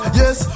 yes